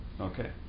Okay